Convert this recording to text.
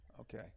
okay